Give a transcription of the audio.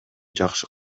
жакшы